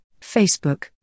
Facebook